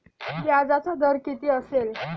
व्याजाचा दर किती असेल?